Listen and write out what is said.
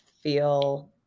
feel